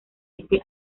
este